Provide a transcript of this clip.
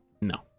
No